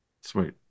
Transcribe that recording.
Sweet